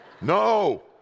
No